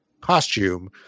costume